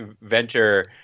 venture